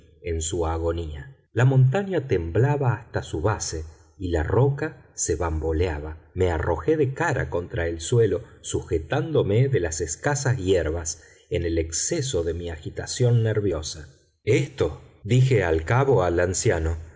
en su agonía la montaña temblaba hasta su base y la roca se bamboleaba me arrojé de cara contra el suelo sujetándome de las escasas hierbas en el exceso de mi agitación nerviosa esto dije al cabo al anciano